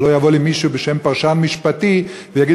שלא יבוא לי מישהו בשם פרשן משפטי ויגיד